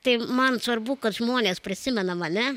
tai man svarbu kad žmonės prisimena mane